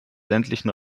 ländlichen